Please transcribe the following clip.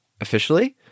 officially